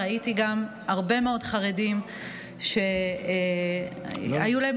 ראיתי גם הרבה מאוד חרדים שהיו להם